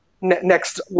next